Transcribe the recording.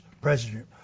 president